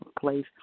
place